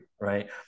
right